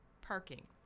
parking